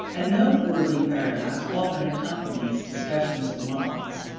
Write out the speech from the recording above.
a noteworthy paradox often accompanies discussions of morals.